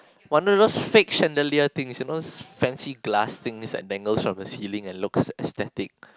one of those fake chandelier things you know those fancy glass thing that dangles from the ceiling and looks aesthetic